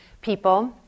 people